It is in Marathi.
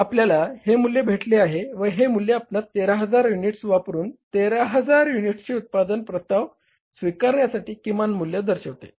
आपल्याला हे मूल्य भेटले आहे व हे मूल्य आपणास 13000 युनिट्स वापरून 13000 युनिट्सचे उत्पादनाचे प्रस्ताव स्वीकारण्यासाठी किमान मूल्य दर्शविते